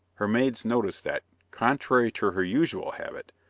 her maids noticed that, contrary to her usual habit,